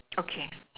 okay